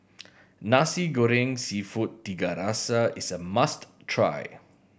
Nasi Goreng Seafood Tiga Rasa is a must try